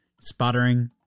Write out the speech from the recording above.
Sputtering